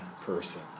person